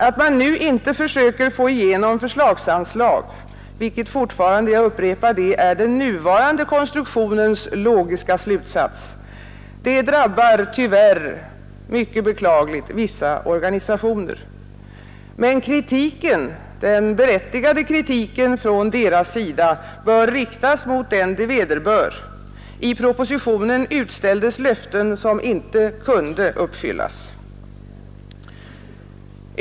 Att man nu inte försöker få igenom förslagsanslag, vilket fortfarande — jag upprepar det — är den nuvarande konstruktionens logiska slutsats, drabbar tyvärr, och det är mycket beklagligt, vissa organisationer. Men den berättigade kritiken från deras sida bör riktas mot dem det vederbör; i propositionen utställdes löften som inte kunde uppfyllas.